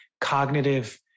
cognitive